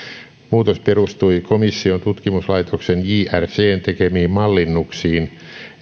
muutos perustui komission tutkimuslaitoksen jrcn tekemiin mallinnuksiin